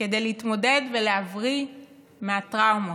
כדי להתמודד ולהבריא מהטראומות.